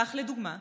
כך לדוגמה,